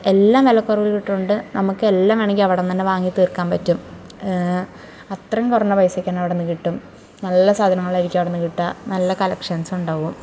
എല്ലാം വിലക്കുറവിലിട്ടുണ്ട് നമുക്കെല്ലാം വേണമെങ്കിൽ അവിടുന്ന് തന്നെ വാങ്ങി തീർക്കാൻ പറ്റും അത്രയും കുറഞ്ഞ പൈസയ്ക്ക് തന്നെ അവിടുന്ന് കിട്ടും നല്ല സാധനങ്ങളായിരിക്കും അവിടുന്ന് കിട്ടുക നല്ല കളക്ഷൻസ് ഉണ്ടാവും